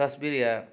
तस्बिर वा